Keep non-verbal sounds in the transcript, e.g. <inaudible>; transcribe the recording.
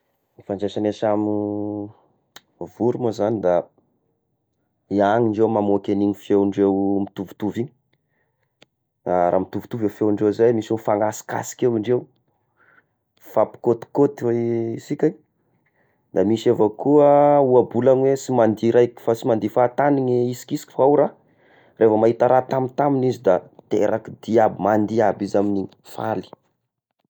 Ny fomba ifandraisagn'ny samy <noise> voro ma zagny da iagny indreo mamoky agn'igny feondreo mitovitovy igny, <hesitation> mitovitovy i feondreo zay misy mifanasika eny indreo, mifampikôtikôty isika, da misy avao koa ohabolagny: sy mandihy raiky fa sy mandiha fahatagny ny hisihisiky fa ao raha, rehevo mahita raha tamitamy izy da miteraky dihy aby, mandiha aby izy aminigny faly.